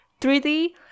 3D